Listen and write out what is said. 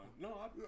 No